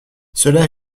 cela